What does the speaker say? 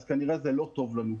אז כנראה שזה לא טוב לנו.